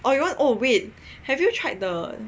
or what you want oh wait have you tried the